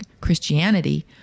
Christianity